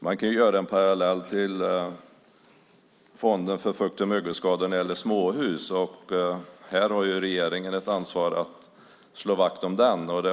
Man kan göra en parallell till Fonden för fukt och mögelskador när det gäller småhus. Regeringen har ett ansvar att slå vakt om den.